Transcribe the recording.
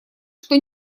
что